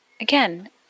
Again